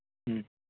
ꯎꯝ